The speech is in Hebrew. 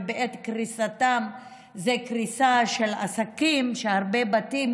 ובעת קריסתם זה קריסה של עסקים שהרבה בתים